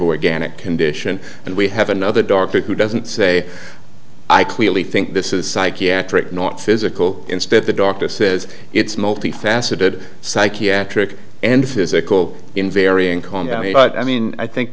organic condition and we have another doctor who doesn't say i clearly think this is psychiatric not physical instead the doctor says it's multifaceted psychiatric and physical invariant calm but i mean i think